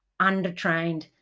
undertrained